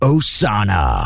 Osana